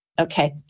Okay